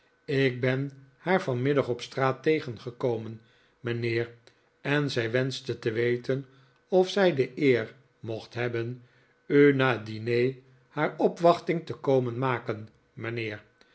ik ben haar vanmiddag op straat tegengekomen mijnheer en zij wenschte te weten of zij de eer mocht hebben u na het diner haar opwachting te komen maken